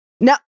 no